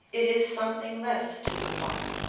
it is something less to the point,